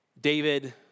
David